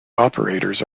operators